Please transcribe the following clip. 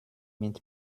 mit